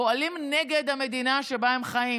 פועלים נגד המדינה שבה הם חיים.